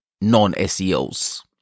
non-SEOs